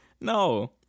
No